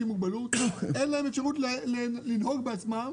עם מוגבלות אין להם אפשרות לנהוג בעצמם